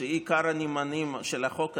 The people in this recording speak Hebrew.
שהיא עיקר הנמענים של החוק הזה,